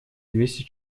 двести